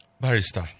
Barrister